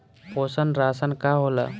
पोषण राशन का होला?